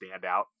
standout